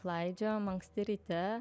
klaidžiojom anksti ryte